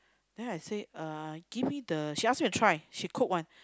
then I say uh give me the she ask me to try she cook one